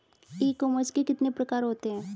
ई commerce के कितने प्रकार होते हैं?